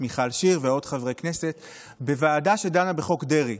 מיכל שיר ועוד חברי כנסת בוועדה שדנה בחוק דרעי,